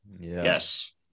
Yes